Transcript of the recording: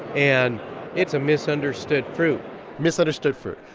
and it's a misunderstood fruit misunderstood fruit.